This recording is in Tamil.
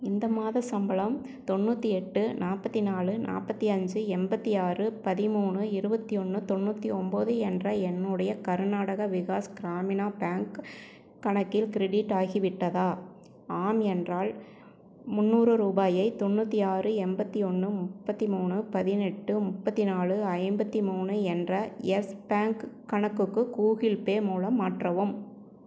இந்த மாத சம்பளம் தொண்ணூற்றி எட்டு நாற்பத்தி நாலு நாற்பத்தி அஞ்சி எண்பத்தி ஆறு பதிமூணு இருபத்தி ஒன்று தொண்ணூற்றி ஒம்பது என்ற என்னுடைய கர்நாடகா விகாஸ் கிராமினா பேங்க் கணக்கில் க்ரெடிட் ஆகிவிட்டதா ஆம் என்றால் முந்நூறு ரூபாயை தொண்ணூற்றி ஆறு எண்பத்தி ஒன்று முப்பத்தி மூணு பதினெட்டு முப்பத்தி நாலு ஐம்பத்தி மூணு என்ற எஸ் பேங்க் கணக்குக்கு கூகிள் பே மூலம் மாற்றவும்